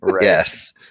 Yes